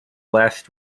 last